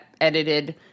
edited